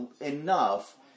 enough